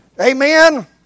Amen